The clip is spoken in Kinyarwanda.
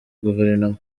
guverinoma